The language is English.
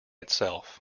itself